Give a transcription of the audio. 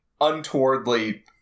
untowardly